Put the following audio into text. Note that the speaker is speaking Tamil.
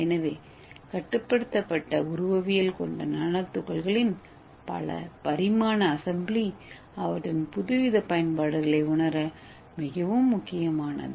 எனவே கட்டுப்படுத்தப்பட்ட உருவவியல் கொண்ட நானோ துகள்களின் பல பரிமாண அசெம்பிளி அவற்றின் புதுவித பயன்பாடுகளை உணர மிகவும் முக்கியமானது